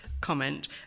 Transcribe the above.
comment